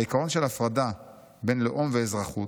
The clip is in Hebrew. העיקרון של הפרדה בין לאום ואזרחות,